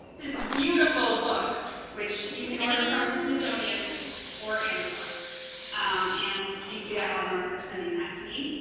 this beautiful book which you can order from the smithsonian or amazon and thank you to eleanor for sending that to me.